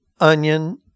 onion